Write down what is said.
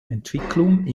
entwicklung